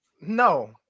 no